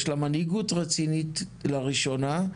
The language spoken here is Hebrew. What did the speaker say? יש לה מנהיגות רצינית לראשונה,